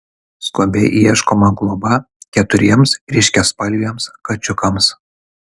skubiai ieškoma globa keturiems ryškiaspalviams kačiukams